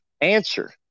answer